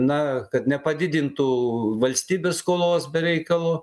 na kad nepadidintų valstybės skolos be reikalo